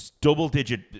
double-digit